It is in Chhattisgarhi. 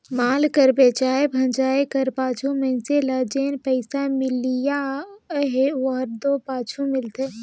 माल कर बेंचाए भंजाए कर पाछू मइनसे ल जेन पइसा मिलोइया अहे ओहर दो पाछुच मिलथे